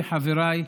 כחבריי,